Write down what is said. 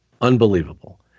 unbelievable